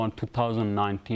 2019